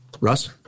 Russ